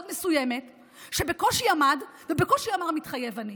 מסוימת שבקושי עמד ובקושי אמר "מתחייב אני".